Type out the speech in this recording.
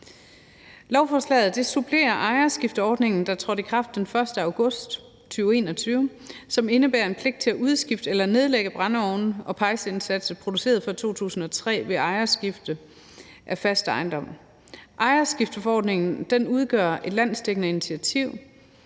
Lovforslaget supplerer ejerskifteordningen, der trådte i kraft den 1. august 2021, som indebærer en pligt til at udskifte eller nedlægge brændeovne og pejseindsatser produceret fra 2003 ved ejerskifte af fast ejendom. Ejerskifteforordningen udgør et landsdækkende initiativ,